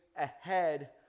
ahead